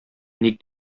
ник